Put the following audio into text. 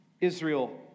Israel